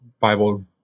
bible